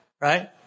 Right